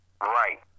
Right